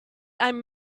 i’m